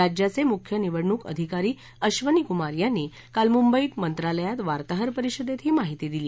राज्याचे मुख्य निवडणूक अधिकारी अश्वनी कुमार यांनी काल मुंबईत मंत्रालयात वार्ताहर परिषदेत ही माहिती दिली